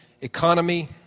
economy